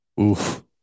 Oof